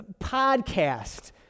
podcast